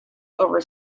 over